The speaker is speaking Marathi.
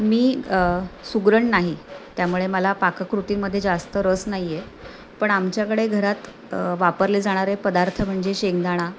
मी सुगरण नाही त्यामुळे मला पाककृतीमध्ये जास्त रस नाही आहे पण आमच्याकडे घरात वापरले जाणारे पदार्थ म्हणजे शेंगदाणा